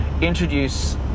introduce